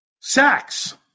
Sacks